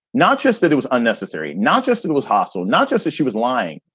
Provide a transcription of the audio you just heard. not just that it was unnecessary, not just and it was hostile, not just that she was lying,